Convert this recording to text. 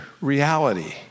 reality